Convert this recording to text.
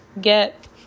get